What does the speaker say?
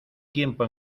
tiempo